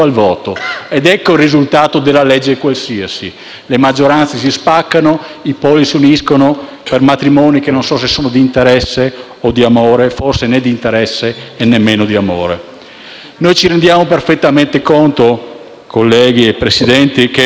Ecco il risultato della legge qualsiasi: le maggioranze si spaccano, i poli si uniscono in matrimoni che non so se sono di interesse o di amore, forse né di interesse e nemmeno di amore. Noi ci rendiamo perfettamente conto, colleghi e Presidente, che